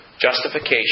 justification